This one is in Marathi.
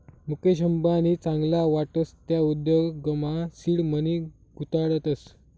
मुकेश अंबानी चांगला वाटस त्या उद्योगमा सीड मनी गुताडतस